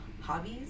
hobbies